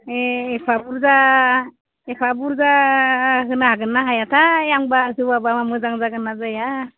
ए एफा बुरजा एफा बुरजा होनो हागोन ना हायाथाय आंबा जौआबा मोजां जागोन ना जाया